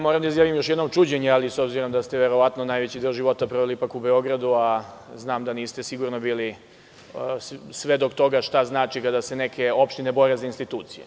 Moram da izjavim još jednom čuđenje, ali, s obzirom da ste verovatno najveći deo života proveli ipak u Beogradu, znam da sigurno niste bili svedok toga šta znači kada se neke opštine bore za institucije.